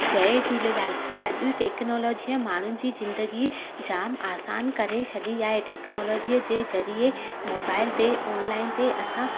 जय झूलेलाल अॼु टेक्नोलॉजीअ माण्हुनि जी ज़िंदगी जाम आसानु करे छॾी आहे टेक्नोलॉजीअ जे ज़रिए मोबाइल ते ऑनलाइन ते असां